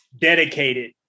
dedicated